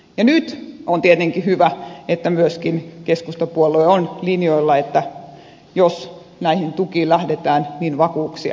nyt on tietenkin hyvä että myöskin keskustapuolue on linjoilla että jos näihin tukiin lähdetään niin vakuuksia vaaditaan